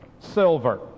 silver